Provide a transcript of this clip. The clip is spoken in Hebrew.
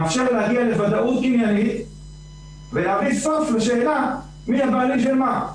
מאפשרת להגיע לוודאות עניינית ולהביא סוף לשאלה מי הבעלים של מה.